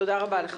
תודה רבה לך.